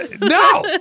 No